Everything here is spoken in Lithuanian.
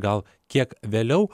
gal kiek vėliau